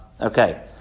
Okay